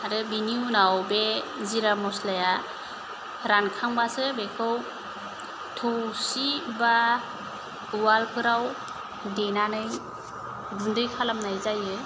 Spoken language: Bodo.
आरो बिनि उनाव बे जिरा मस्लाया रानखांबासो बेखौ थौसि बा उवालफोराव देनानै गुन्दै खालामनाय जायो